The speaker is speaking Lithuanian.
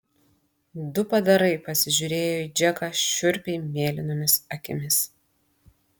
du padarai pasižiūrėjo į džeką šiurpiai mėlynomis akimis